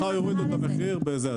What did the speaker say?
מחר יורידו את המחיר בזה,